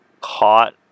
caught